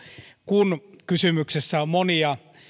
kun kysymyksessä on monia